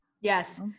yes